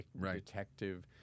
detective